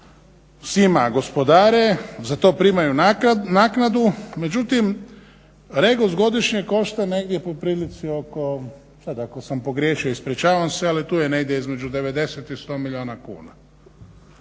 svima gospodare, za to primaju naknadu. Međutim, Regos godišnje košta negdje po prilici oko, sad ako sam pogriješio ispričavam se, ali tu je negdje između 90 i 100 milijuna kuna.